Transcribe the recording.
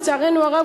לצערנו הרב,